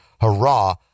Hurrah